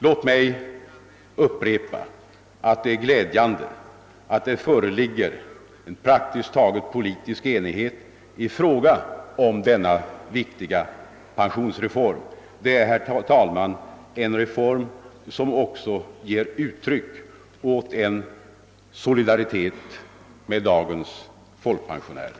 Låt mig upprepa att det är glädjande att det föreligger praktiskt taget politisk enighet i fråga om denna viktiga pensionsreform. Det är, herr talman, en reform som också ger uttryck åt en solidaritet med dagens folkpensionärer.